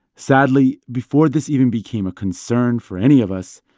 sadly, before this even became a concern for any of us,